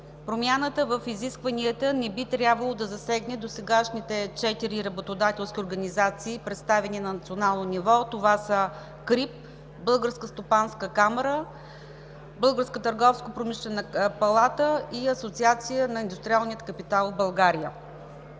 Промяна в изискванията не би трябвало да засегне досегашните 4 работодателски организации, представени на национално ниво. Това е са КРИБ, Българската стопанска камара, Българската търговско-промишлена палата и Асоциацията на индустриалния капитал в България.